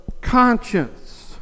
conscience